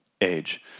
age